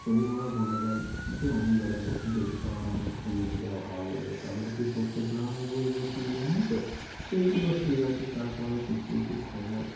তবু ওরা বলে দেয় যে অমুক জায়গায় দক্ষিণ চব্বিশ পরগনায় ইয়ে ঝোড়ো হাওয়া বইবে তা বলে কি প্রত্যেক গ্রামে বইবে কি ইয়ে নেই তো এইগুলো ঠিক আছে তার পরে কিছু কিছু খবর